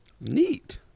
Neat